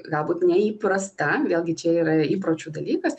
galbūt neįprasta vėlgi čia yra įpročių dalykas